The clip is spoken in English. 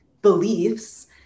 beliefs